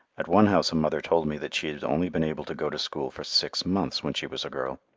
at one house a mother told me that she had only been able to go to school for six months when she was a girl,